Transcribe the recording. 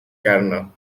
canada